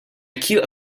acute